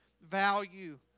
value